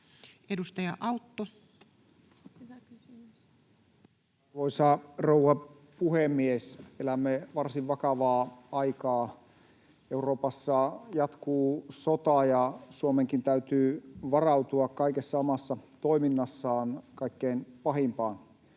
Content: Arvoisa rouva puhemies! Elämme varsin vakavaa aikaa. Euroopassa jatkuu sota, ja Suomenkin täytyy varautua kaikessa omassa toiminnassaan kaikkein pahimpaan.